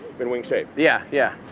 in wing shape. yeah, yeah,